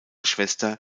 schwester